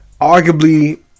arguably